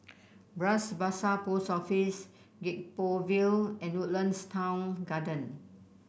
Bras Basah Post Office Gek Poh Ville and Woodlands Town Garden